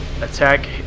attack